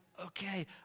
okay